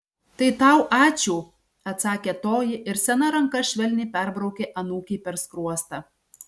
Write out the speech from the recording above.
tai tau ačiū atsakė toji ir sena ranka švelniai perbraukė anūkei per skruostą